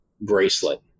bracelet